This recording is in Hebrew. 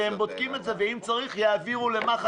והם בודקים את זה ואם צריך יעבירו למח"ש